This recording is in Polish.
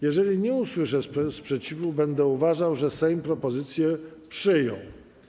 Jeżeli nie usłyszę sprzeciwu, będę uważał, że Sejm propozycję przyjął.